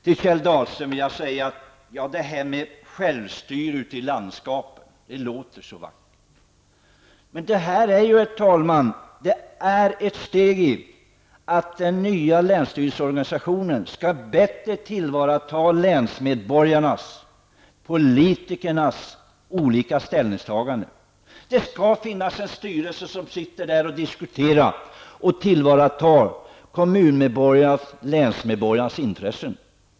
Till Kjell Dahlström vill jag säga att detta med självstyre ute i landskapen låter så vackert, men det är ju ett steg för att den nya länsstyrelseorganisationen bättre skall ta tillvara länsmedborgarnas och politikernas olika ställningstaganden. Det skall finnas en styrelse som diskuterar och tar till vara kommunmedborgarnas och länsmedborgarnas intressen.